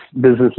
business